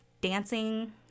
dancing